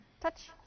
Touch